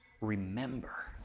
remember